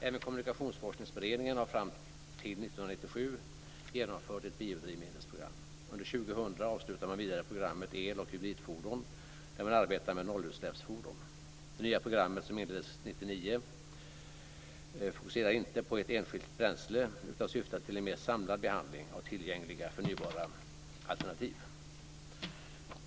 Även Kommunikationsforskningsberedningen har fram till 1997 genomfört ett biodrivmedelsprogram. Under 2000 avslutar man vidare programmet el och hybridfordon där man arbetar med nollutsläppsfordon. Det nya programmet, som inleddes 1999, fokuserar inte på ett enskilt bränsle utan syftar till en mer samlad behandling av tillgängliga förnybara alternativ.